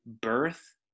birth